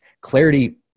Clarity